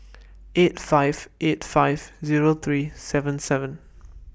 eight five eight five Zero three seven seven